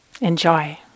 Enjoy